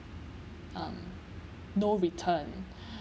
um no return